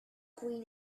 queen